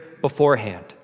beforehand